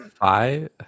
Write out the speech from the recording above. Five